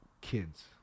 kids